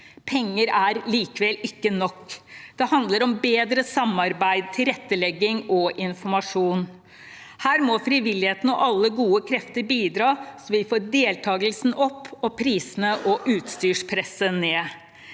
Penger er likevel ikke nok. Det handler om bedre samarbeid, tilrettelegging og informasjon. Her må frivilligheten og alle gode krefter bidra så vi får deltakelsen opp og prisene og utstyrspresset ned.